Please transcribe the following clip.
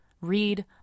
read